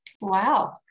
Wow